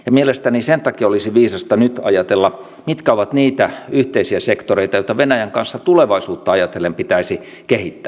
mielestäni sen takia olisi viisasta nyt ajatella mitkä ovat niitä yhteisiä sektoreita joita venäjän kanssa tulevaisuutta ajatellen pitäisi kehittää